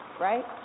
right